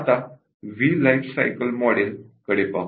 आता V life cycle model कडे पाहू